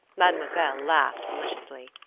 mademoiselle laughed maliciously.